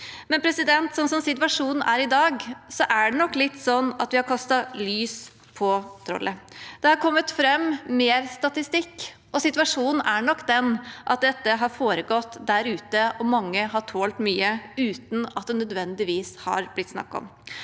nulltoleranse, men slik situasjonen er i dag, er det nok litt sånn at vi har kastet lys på trollet. Det har kommet fram mer statistikk, og situasjonen er nok den at dette har foregått der ute, og mange har tålt mye, uten at det nødvendigvis har blitt snakket om.